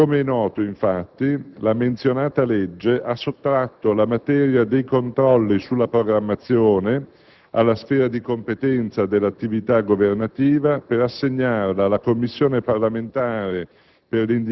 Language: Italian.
Come è noto, infatti, la menzionata legge ha sottratto la materia dei controlli sulla programmazione alla sfera di competenza dell'attività governativa per assegnarla alla Commissione parlamentare